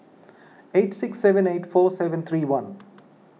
eight six seven eight four seven three one